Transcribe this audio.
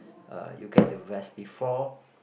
uh you get to rest before